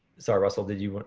so russell, did you? but